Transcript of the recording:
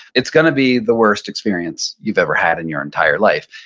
it's gonna be the worst experience you've ever had in your entire life.